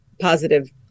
positive